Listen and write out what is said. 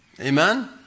Amen